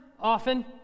often